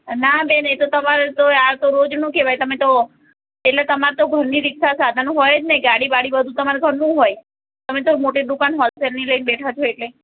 ના બેન એ તો તમારે તો આ તો રોજનું કહેવાય તમે તો એટલે તમારે તો ઘરની રિક્ષા સાધન હોય જ ને ગાડી બાડી બધું તમારા ઘરનું હોય તમે તો મોટી દુકાન હોલસેલની લઈને બેઠા છો એટલે